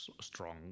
strong